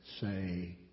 say